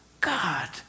God